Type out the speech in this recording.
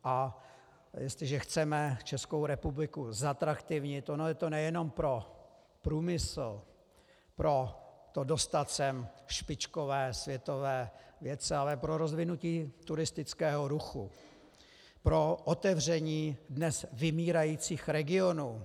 A jestliže chceme Českou republiku zatraktivnit, ono je to nejenom pro průmysl, pro to dostat sem špičkové světové vědce, ale pro rozvinutí turistického ruchu, pro otevření dnes vymírajících regionů.